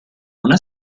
una